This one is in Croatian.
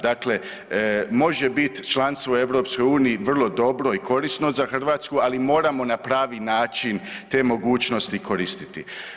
Dakle može biti članstvo u EU vrlo dobro i korisno za Hrvatsku, ali moramo na pravi način te mogućnosti koristiti.